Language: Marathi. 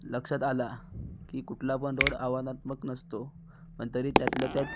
लक्षात आला की कुठला पण रोड आव्हानात्मक नसतो पण तरी त्यातला त्यात